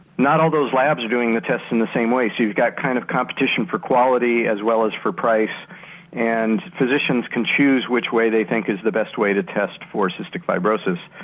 not all those labs are doing the test in the same way so you've got a kind of competition for quality as well as for price and physicians can choose which way they think is the best way to test for cystic fibrosis.